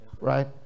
right